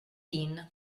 dean